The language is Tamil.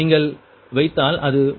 நீங்கள் வைத்தால் அது 1